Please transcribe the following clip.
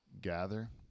gather